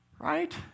Right